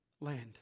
land